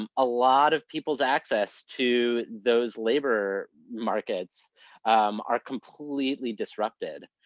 um a lot of people's access to those labor markets are completely disrupted.